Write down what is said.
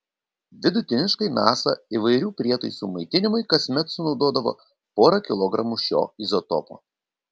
vidutiniškai nasa įvairių prietaisų maitinimui kasmet sunaudodavo porą kilogramų šio izotopo